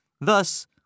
Thus